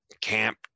camp